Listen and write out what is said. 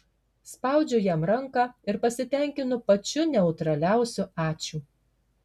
spaudžiu jam ranką ir pasitenkinu pačiu neutraliausiu ačiū